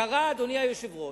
קרה, אדוני היושב-ראש,